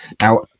Now